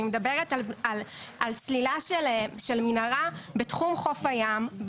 אני מדברת על סלילה של מנהרה בתחום חוף הים,